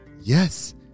Yes